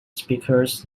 speakers